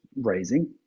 raising